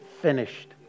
finished